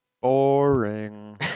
Boring